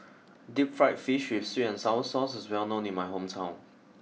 Deep Fried Fish with Sweet and Sour Sauce is well known in my hometown